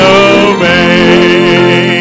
obey